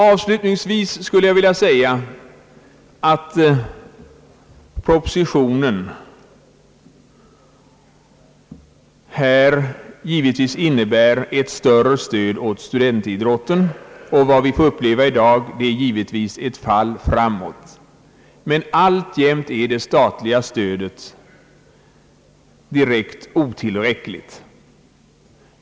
Avslutningsvis skulle jag vilja säga, att propositionen givetvis innebär ett större stöd än tidigare åt studentidrotten. Vad vi får uppleva i dag är givetvis ett fall framåt. Men alltjämt är det statliga stödet direkt otillräckligt.